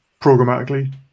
programmatically